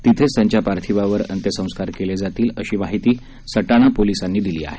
तिथेच त्यांच्या पार्थिवावर अंत्यसंस्कार केले जातील अशी माहिती सटाणा पोलीसांनी दिली आहे